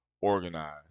organize